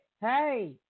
hey